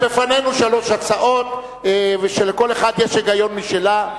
בפנינו שלוש הצעות, שלכל אחת יש היגיון משלה.